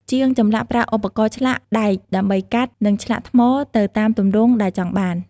ជាងចម្លាក់ប្រើឧបករណ៍ឆ្លាក់ដែកដើម្បីកាត់ និងឆ្លាក់ថ្មទៅតាមទម្រង់ដែលចង់បាន។